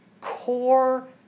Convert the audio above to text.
core